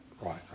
right